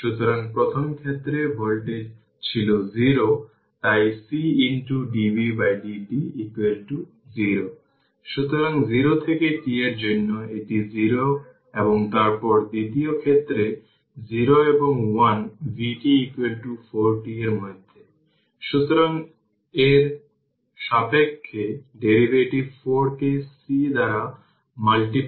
সুতরাং v1 t মানে C1 জুড়ে v2 t মানে C2 জুড়ে এবং এটি হল 250 কিলো Ω রেজিস্টর এবং ভোল্টেজ জুড়ে vt এবং এর মধ্য দিয়ে কারেন্ট প্রবাহিত হচ্ছে এবং সুইচটি এমন ছিল যে ক্যাপাসিটর চার্জ করা হয়েছিল সুইচটি খোলা ছিল এখন সুইচটি বন্ধ t 0